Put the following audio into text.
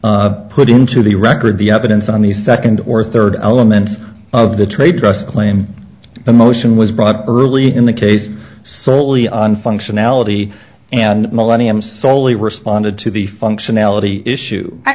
put into the record the evidence on the second or third element of the tradecraft claim the motion was brought up early in the case soley on functionality and millenniums soley responded to the functionality issue i